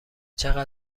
چقدر